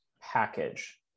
package